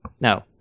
No